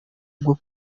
bwo